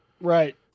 Right